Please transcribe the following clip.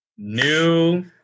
new